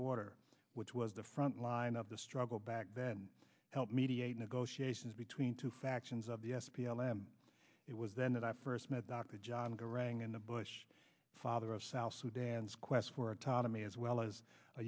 border which was the frontline of the struggle back then help mediate negotiations between two factions of the s p l and it was then that i first met dr john garang in the bush father of south sudan's quest for autonomy as well as a